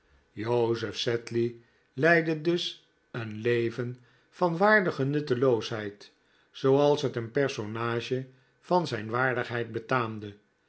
joseph sedley leidde dus een leven van waardige nutteloosheid zooals het een personage van zijn waardigheid betaamde